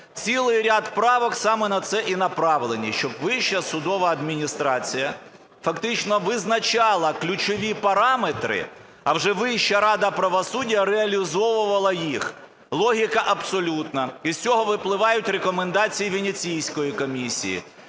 Цілий ряд правок саме на це і направлені, щоб Вища судова адміністрація фактично визначала ключові параметри, а вже Вища рада правосуддя реалізовувала їх. Логіка абсолютна. І з цього випливають рекомендації Венеційської комісії.